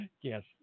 Yes